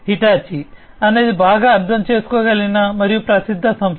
Hitachi అనేది బాగా అర్థం చేసుకోగలిగిన మరియు ప్రసిద్ధమైన సంస్థ